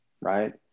right